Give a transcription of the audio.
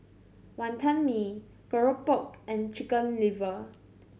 Wantan Mee keropok and Chicken Liver